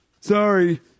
Sorry